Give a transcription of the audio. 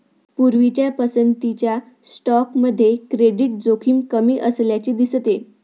पूर्वीच्या पसंतीच्या स्टॉकमध्ये क्रेडिट जोखीम कमी असल्याचे दिसते